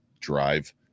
drive